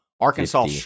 Arkansas